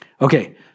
Okay